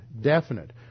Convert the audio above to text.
definite